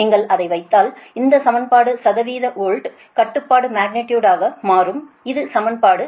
நீங்கள் அதை வைத்தால் இந்த சமன்பாடு சதவீத வோல்ட் கட்டுப்பாடு மக்னிடியுடு ஆக மாறும் இது சமன்பாடு 11